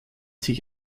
sich